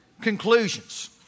conclusions